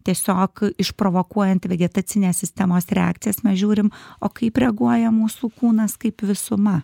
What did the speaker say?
tiesiog išprovokuojant vegetacinės sistemos reakcijas mes žiūrim o kaip reaguoja mūsų kūnas kaip visuma